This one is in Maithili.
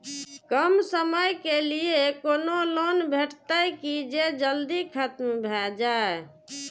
कम समय के लीये कोनो लोन भेटतै की जे जल्दी खत्म भे जे?